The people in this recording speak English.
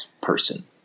person